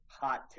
Hot